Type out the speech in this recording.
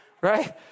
Right